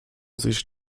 sich